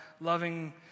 loving